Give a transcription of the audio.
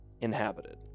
inhabited